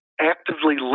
actively